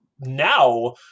now